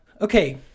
Okay